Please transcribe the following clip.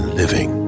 living